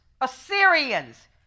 Assyrians